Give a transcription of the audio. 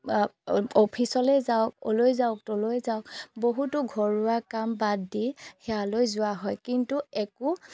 অফিচলৈ যাওক অলৈ যাওক তলৈ যাওক বহুতো ঘৰুৱা কাম বাদ দি তালৈ যোৱা হয় কিন্তু একো